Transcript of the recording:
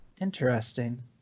interesting